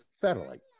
satellite